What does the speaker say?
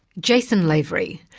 jason lavery,